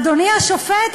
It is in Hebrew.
אדוני השופט,